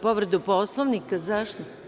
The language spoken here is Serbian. Povredu Poslovnika želite?